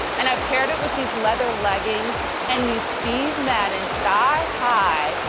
and i paired it with these leather leggings and these steve madden thigh high,